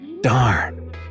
Darn